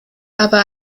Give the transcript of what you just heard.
aber